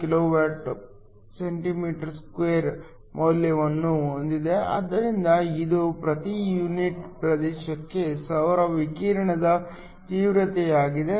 35 kWcm2 ಮೌಲ್ಯವನ್ನು ಹೊಂದಿದೆ ಆದ್ದರಿಂದ ಇದು ಪ್ರತಿ ಯೂನಿಟ್ ಪ್ರದೇಶಕ್ಕೆ ಸೌರ ವಿಕಿರಣದ ತೀವ್ರತೆಯಾಗಿದೆ